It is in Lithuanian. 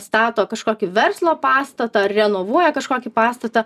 stato kažkokį verslo pastatą ar renovuoja kažkokį pastatą